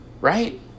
right